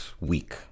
week